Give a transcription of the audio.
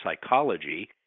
psychology